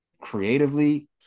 creatively